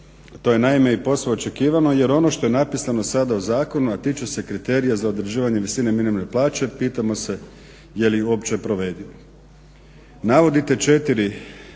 To je naime i posve očekivano, jer ono što je napisano sada u zakonu a tiče se kriterija za određivanje visine minimalne plaće pitamo se je li uopće provediv.